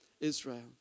Israel